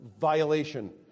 Violation